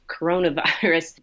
coronavirus